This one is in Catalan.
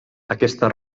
aquesta